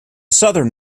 southern